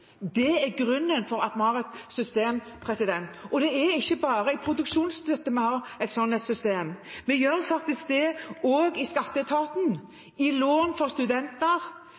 Det er grunnen til at vi har et system. Det er ikke bare når det gjelder produksjonsstøtte vi har et sånt system. Vi gjør det faktisk også i skatteetaten og i forbindelse med lån for studenter.